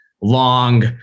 long